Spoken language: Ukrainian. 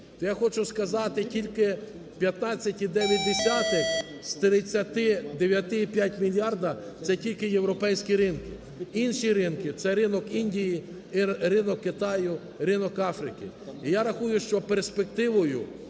То я хочу сказати, тільки 15,9 з 39,5 мільярда – це тільки європейські ринки. Інші ринки – це ринок Індії, ринок Китаю і ринок Африки. І я рахую, що перспективою